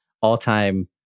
all-time